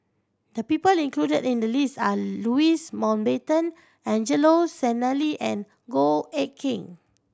the people included in the list are Louis Mountbatten Angelo Sanelli and Goh Eck Kheng